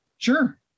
Sure